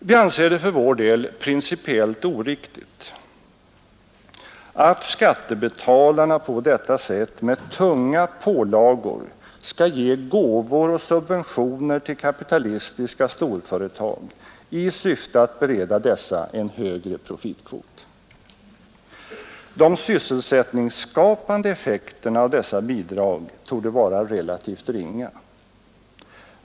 Vi anser det för vår del principiellt oriktigt att skattebetalarna på detta sätt med tunga pålagor skall ge gåvor och subventioner till kapitalistiska storföretag i syfte att bereda dessa en högre profitkvot. De sysselsättningsskapande effekterna av dessa bidrag torde vara relativt ringa.